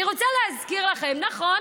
אני רוצה להזכיר לכם נכון,